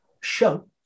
show